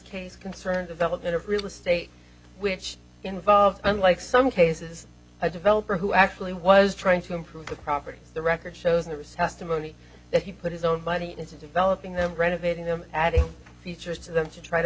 case concerns of element of real estate which involved unlike some cases a developer who actually was trying to improve the properties the record shows the recessed the money that he put his own money into developing them renovating them adding features to them to try to